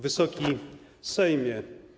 Wysoki Sejmie!